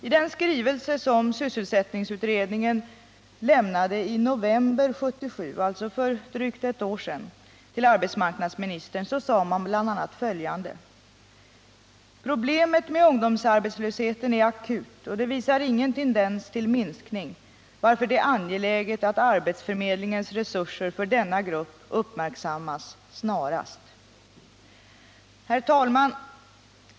I den skrivelse som sysselsättningsutredningen lämnade i november 1977, alltså för drygt ett år sedan, till arbetsmarknadsministern sade man bl.a. följande: Problemet med ungdomsarbetslösheten är akut och visar ingen tendens till minskning, varför det är angeläget att arbetsförmedlingens resurser för denna grupp uppmärksammas snarast. Herr talman!